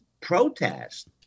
protest